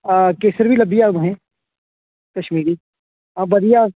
हां केसर बी लब्भी जाह्ग तुसेंगी कश्मीरी हां बधिया